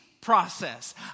process